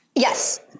Yes